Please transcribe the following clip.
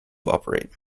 operate